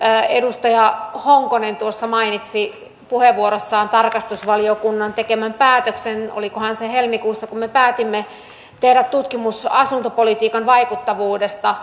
edustaja honkonen mainitsi puheenvuorossaan tarkastusvaliokunnan tekemän päätöksen olikohan se helmikuussa kun me päätimme tehdä tutkimuksen asuntopolitiikan vaikuttavuudesta